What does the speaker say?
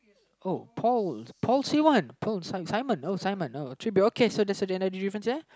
oh Paul Paul Siwan Simon oh Simon oh should be okay so that's the difference ya